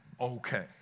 okay